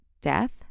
death